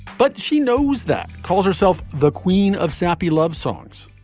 but she knows that calls herself the queen of sappy love songs,